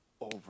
over